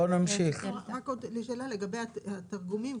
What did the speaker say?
רק עוד שאלה לגבי התרגומים.